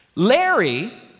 Larry